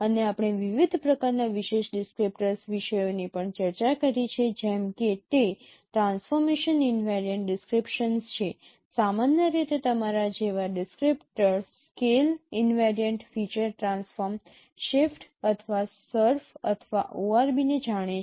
અને આપણે વિવિધ પ્રકારના વિશેષ ડિસક્રીપ્ટર્સ વિષયોની પણ ચર્ચા કરી છે જેમ કે તે ટ્રાન્સફોર્મેશન ઈનવેરિયન્ટ ડિસક્રીપશન્સ છે સામાન્ય રીતે તમારા જેવા descriptors scale invariant feature transform SIFT અથવા SURF અથવા ORB ને જાણે છે